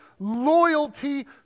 loyalty